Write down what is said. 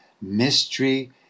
mystery